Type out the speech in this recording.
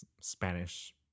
Spanish